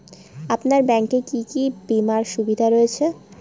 আপনার ব্যাংকে কি কি বিমার সুবিধা রয়েছে?